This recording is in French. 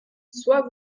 soit